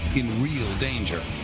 in real danger.